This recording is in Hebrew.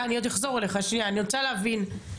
עבר.